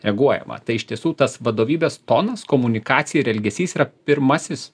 reaguojama tai iš tiesų tas vadovybės tonas komunikacija ir elgesys yra pirmasis